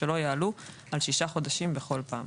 שלא יעלו על שישה חודשים בכל פעם.